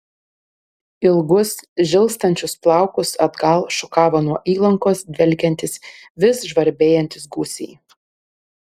ilgus žilstančius plaukus atgal šukavo nuo įlankos dvelkiantys vis žvarbėjantys gūsiai